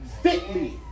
fitly